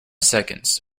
seconds